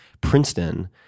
Princeton